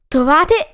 Trovate